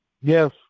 Yes